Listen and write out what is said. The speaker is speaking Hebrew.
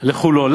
לחולון?